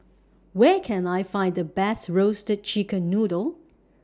Where Can I Find The Best Roasted Chicken Noodle